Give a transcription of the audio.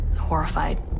horrified